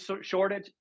shortage